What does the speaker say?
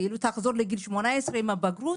תחזור לגיל 18 עם הבגרות?